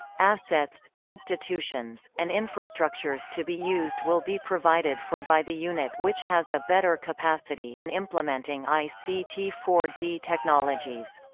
assets, institutions, and infrastructures to be used will be provided for by the unit which has a better capacity in implementing i c t four d technologies.